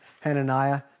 Hananiah